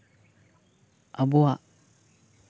ᱟᱵᱚᱣᱟᱜ